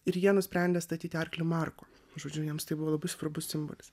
ir jie nusprendė statyti arklį marko žodžių jiems tai buvo labai svarbus simbolis